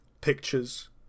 pictures